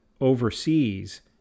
overseas